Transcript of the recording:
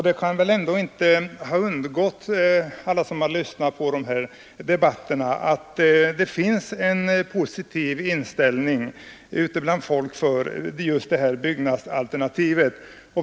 Det kan väl inte ha undgått alla som har lyssnat på dessa debatter att det finns en positiv inställning ute bland folk för just utbyggnadsalternativet.